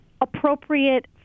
appropriate